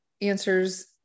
answers